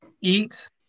eat